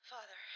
Father